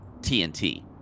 TNT